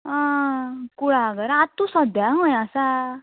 आं कुळागर आतां तू सद्द्यां खंय आसा